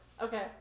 Okay